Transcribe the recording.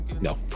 No